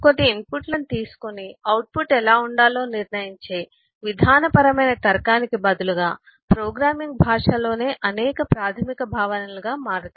కొన్ని ఇన్పుట్లను తీసుకొని అవుట్పుట్ ఎలా ఉండాలో నిర్ణయించే విధానపరమైన తర్కానికి బదులుగా ప్రోగ్రామింగ్ భాషలోనే అవి ప్రాథమిక భావనలుగా మారతాయి